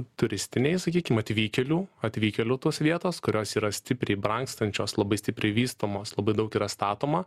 turistiniai sakykim atvykėlių atvykėlių tos vietos kurios yra stipriai brangstančios labai stipriai vystomos labai daug yra statoma